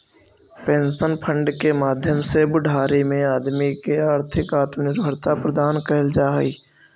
pension fund के माध्यम से बुढ़ारी में आदमी के आर्थिक आत्मनिर्भरता प्रदान कैल जा हई